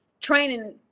training